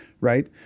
right